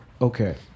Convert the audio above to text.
okay